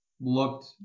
looked